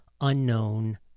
unknown